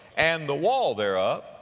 and the wall thereof.